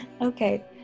Okay